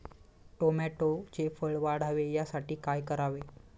टोमॅटोचे फळ वाढावे यासाठी काय करावे?